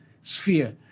sphere